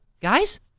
guys